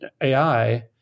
AI